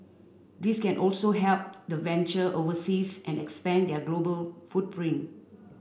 this can also help the venture overseas and expand their global footprint